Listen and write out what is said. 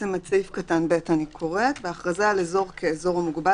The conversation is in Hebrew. אני קוראת את סעיף קטן (ב): "(ב)בהכרזה על אזור כאזור מוגבל